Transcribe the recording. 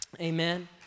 Amen